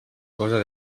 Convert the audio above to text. cosa